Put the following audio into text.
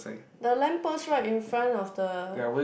the lamp post right in front of the